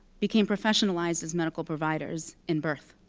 became professionalized as medical providers in birth.